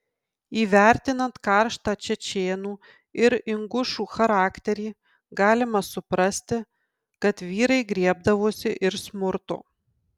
įvertinant karštą čečėnų ir ingušų charakterį galima suprasti kad vyrai griebdavosi ir smurto